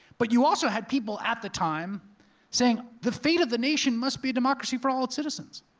but you also had people at the time saying, the fate of the nation must be democracy for all its citizens.